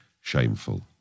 shameful